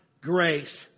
grace